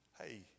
hey